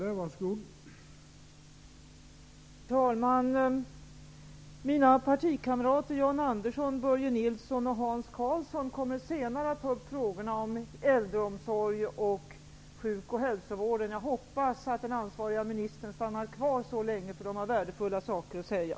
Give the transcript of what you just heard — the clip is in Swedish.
Herr talman! Mina partikamrater Jan Andersson, Börje Nilsson och Hans Karlsson kommer senare att ta upp frågorna om äldreomsorgen och sjuk och hälsovården. Jag hoppas att den ansvariga ministern stannar kvar så länge, eftersom de har värdefulla saker att säga.